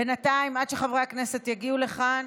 בינתיים, עד שחברי הכנסת יגיעו לכאן,